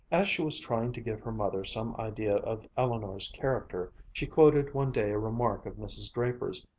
as she was trying to give her mother some idea of eleanor's character, she quoted one day a remark of mrs. draper's,